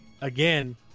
Again